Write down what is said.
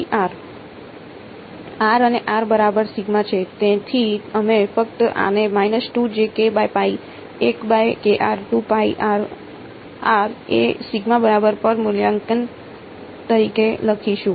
r અને r બરાબર છે તેથી અમે ફક્ત આને r એ બરાબર પર મૂલ્યાંકન તરીકે લખીશું